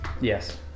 Yes